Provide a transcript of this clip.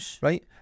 right